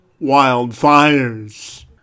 wildfires